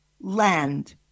land